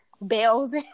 bells